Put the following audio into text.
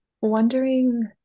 wondering